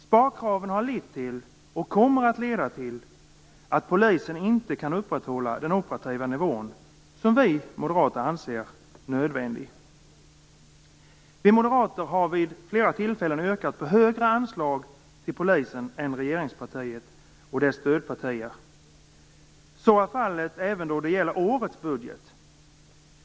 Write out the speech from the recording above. Sparkraven har lett till, och kommer att leda till, att polisen inte kan upprätthålla den operativa nivå som vi moderater anser är nödvändig. Vi moderater har vid flera tillfällen yrkat på högre anslag till polisen än regeringspartiet och dess stödpartier. Så är fallet även då det gäller årets budget.